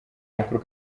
amakuru